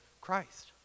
Christ